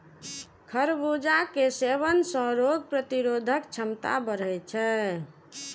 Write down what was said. खरबूजा के सेवन सं रोग प्रतिरोधक क्षमता बढ़ै छै